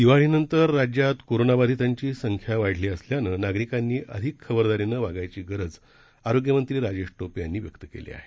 दिवाळीनंतर राज्यात कोरोना बाधितांची संख्या वाढली असल्यानं नागरिकांनी अधिक खबरदारीनं वागायची गरज आरोग्य मंत्री राजेश टोपे यांनी व्यक्त केली आहे